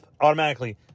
automatically